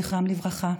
זכרם לברכה.